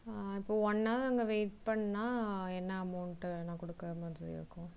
இப்போ ஒன் அவர் அங்கே வெயிட் பண்ணால் என்ன அமௌன்ட் நான் கொடுக்குற மாதிரி இருக்கும்